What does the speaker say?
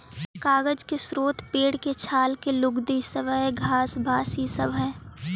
कागज के स्रोत पेड़ के छाल के लुगदी, सबई घास, बाँस इ सब हई